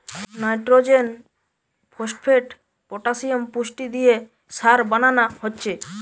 nitrogen, phosphate, potassium পুষ্টি দিয়ে সার বানানা হচ্ছে